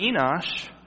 Enosh